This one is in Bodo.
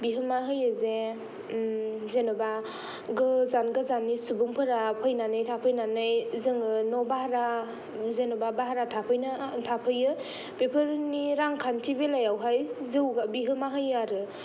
बिहोमा होयो जे जेन'बा गोजान गोजाननि सुबुंफोरा फैनानै थाफैनानै जोङो न'भारा जेन'बा भारा थाफैयो बेफोरनि रांखान्थि बेलायावहाय जौगा बिहोमा होयो आरो